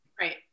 Right